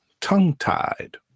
tongue-tied